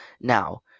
Now